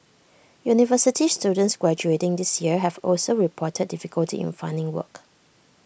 university students graduating this year have also reported difficulty in finding work